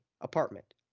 apartment